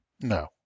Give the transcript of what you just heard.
no